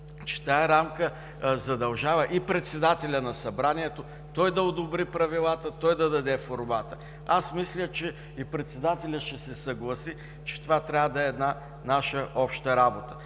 нормата, че тази рамка задължава и председателя на Събранието – той да одобри правилата, той да даде формата. Аз мисля, че и председателят ще се съгласи, че това трябва да е наша обща работа.